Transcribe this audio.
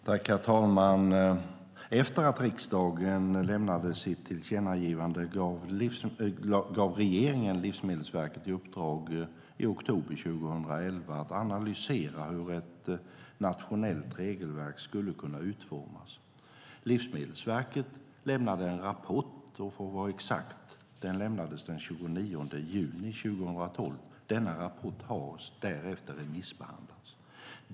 Herr talman! Efter att riksdagen lämnade sitt tillkännagivande gav regeringen Livsmedelsverket i uppdrag i oktober 2011 att analysera hur ett nationellt regelverk skulle kunna utformas. Livsmedelsverket lämnade en rapport den 29 juni 2012. Denna rapport har därefter remissbehandlats.